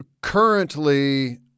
currently